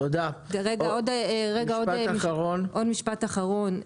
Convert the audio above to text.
משפט אחרון.